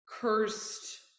cursed